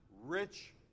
rich